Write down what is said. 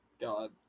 God